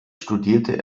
studierte